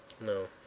No